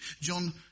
John